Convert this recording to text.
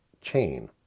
chain